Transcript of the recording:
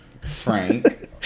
Frank